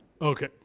Okay